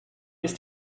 ist